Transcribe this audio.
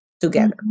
together